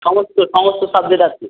সমস্ত সমস্ত সাবজেক্ট আছে